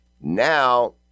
Now